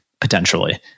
potentially